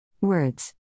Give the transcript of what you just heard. Words